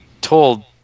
told